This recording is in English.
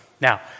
Now